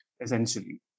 essentially